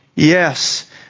Yes